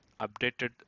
updated